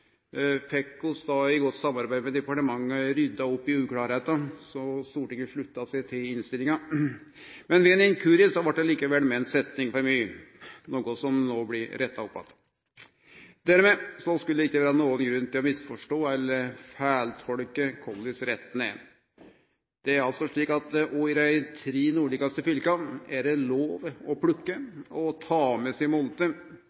fekk vi, i godt samarbeid med departementet, rydda opp i det som var uklart, og Stortinget slutta seg til innstillinga. Ved ein inkurie blei det likevel med ei setning for mykje, noko som no blir retta opp att. Dermed skulle det ikkje vere nokon grunn til å misforstå eller feiltolke retten. I dei tre nordlegaste fylka er det lov å plukke og